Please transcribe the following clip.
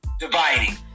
dividing